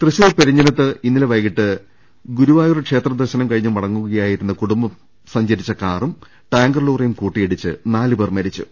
തൃശൂർ പെരിഞ്ഞാനത്ത് ഇന്നലെ വൈകീട്ട് ഗുരുവായൂർ ക്ഷേത്ര ദർശനം കഴിഞ്ഞ് മടങ്ങുകയായിരുന്ന കൂടുംബം സഞ്ചരിച്ച കാറും ടാങ്കർ ലോറിയും കൂട്ടിയിടിച്ച് അപകടത്തിൽ നാല് പേർ മരിച്ചു